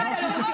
בטח.